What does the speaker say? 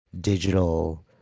digital